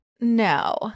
No